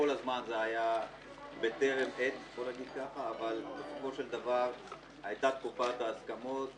כל הזמן זה היה בטרם עת אבל בסופו של דבר הייתה תקופת ההסכמות.